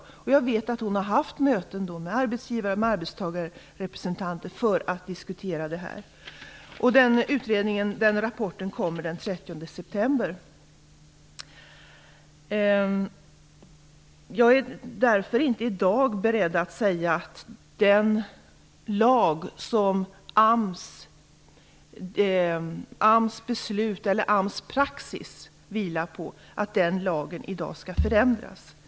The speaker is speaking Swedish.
Jag vet att man i utredningen har haft möten med arbetsgivar och arbetstagarrepresentanter för att diskutera det här. Utredningens rapport kommer den 30 september. Jag är därför inte i dag beredd att säga att den lag som AMS praxis vilar på skall förändras.